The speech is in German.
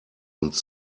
uns